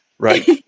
Right